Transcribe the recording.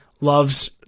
Loves